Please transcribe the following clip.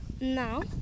Now